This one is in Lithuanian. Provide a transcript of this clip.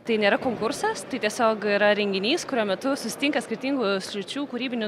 tai nėra konkursas tai tiesiog yra renginys kurio metu susitinka skirtingų sričių kūrybinių